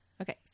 Okay